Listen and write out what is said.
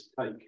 take